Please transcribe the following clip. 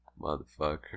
motherfucker